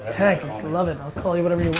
tank, i love it. i'll call you whatever you